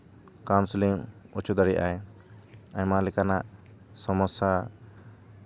counselling ᱦᱚᱪᱚ ᱫᱟᱲᱮᱭᱟᱜᱼᱟᱭ ᱟᱭᱢᱟ ᱞᱮᱠᱟᱱᱟᱜ ᱥᱚᱢᱚᱥᱥᱟ